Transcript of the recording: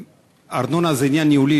ארנונה זה עניין ניהולי,